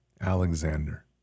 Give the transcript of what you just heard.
Alexander